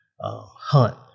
hunt